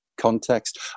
context